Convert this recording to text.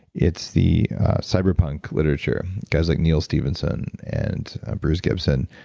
it's the cyberpunk literature. guys like neal stephenson and bruce gibson,